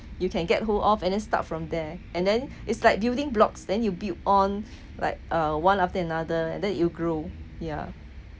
you can get hold of and then start from there and then it's like building blocks then you build on like uh one after another then you grow ya